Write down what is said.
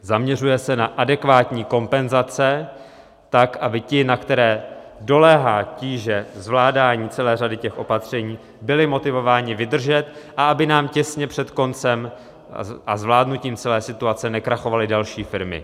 Zaměřuje se na adekvátní kompenzace tak, aby ti, na které doléhá tíže zvládání celé řady opatření, byli motivováni vydržet a aby nám těsně před koncem a zvládnutím celé situace nekrachovaly další firmy.